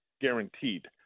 guaranteed